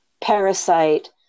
parasite